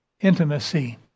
intimacy